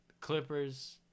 Clippers